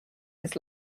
his